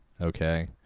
Okay